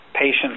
patients